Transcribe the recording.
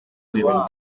amigo